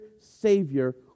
Savior